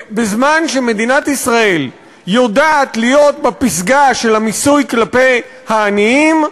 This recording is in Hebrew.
בזמן שמדינת ישראל יודעת להיות בפסגה של המיסוי כלפי העניים,